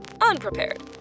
unprepared